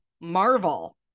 marvel